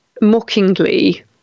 mockingly